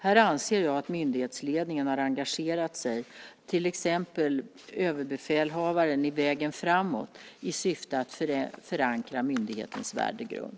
Här anser jag att myndighetsledningen har engagerat sig, till exempel överbefälhavaren i Vägen framåt i syfte att förankra myndighetens värdegrund.